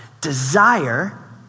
Desire